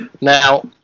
Now